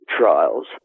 trials